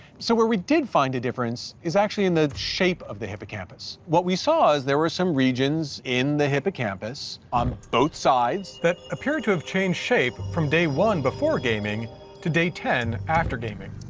so where we did find a difference is actually in the shape of the hippocampus, what we saw is there were some regions in the hippocampus on both sides that appeared to have changed shape from day one before gaming to day ten, after gaming.